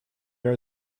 are